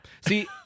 See